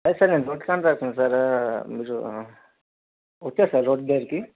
అదే సార్ నేను road contractor ని సార్ మీరు వచ్చార్ సార్ రోడ్డు దగ్గరికి